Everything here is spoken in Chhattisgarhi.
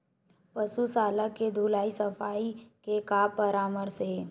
पशु शाला के धुलाई सफाई के का परामर्श हे?